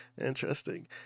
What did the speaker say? Interesting